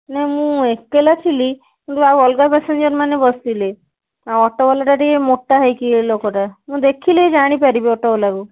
ନା ମୁଁ ଏକେଲା ଥିଲି କିନ୍ତୁ ଆଉ ଅଲଗା ପାସେଞ୍ଜର ମାନେ ବସିଥିଲେ ଆଉ ଅଟୋବାଲାଟା ଟିକିଏ ମୋଟା ହେଇକି ଲୋକଟା ମୁଁ ଦେଖିଲେ ଜାଣିପାରିବି ଅଟୋବାଲାକୁ